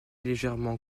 légèrement